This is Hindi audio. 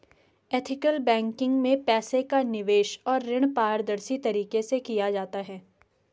एथिकल बैंकिंग में पैसे का निवेश और ऋण पारदर्शी तरीके से किया जाता है